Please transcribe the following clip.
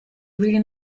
really